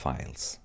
Files